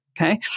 Okay